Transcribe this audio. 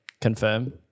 confirm